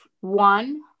one